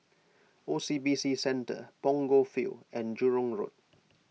O C B C Centre Punggol Field and Jurong Road